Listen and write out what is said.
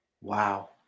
Wow